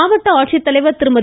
மாவட்ட ஆட்சித்தலைவர் திருமதி